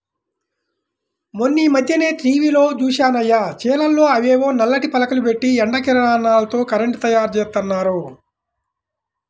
మొన్నీమధ్యనే టీవీలో జూశానయ్య, చేలల్లో అవేవో నల్లటి పలకలు బెట్టి ఎండ కిరణాలతో కరెంటు తయ్యారుజేత్తన్నారు